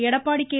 Edappadi K